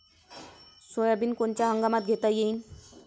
Soybean कोनच्या हंगामात घेता येईन?